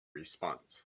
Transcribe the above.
response